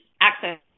access